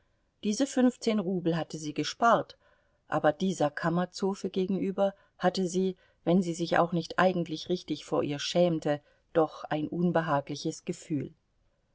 diese fünfzehn rubel hatte sie gespart aber dieser kammerzofe gegenüber hatte sie wenn sie sich auch nicht eigentlich richtig vor ihr schämte doch ein unbehagliches gefühl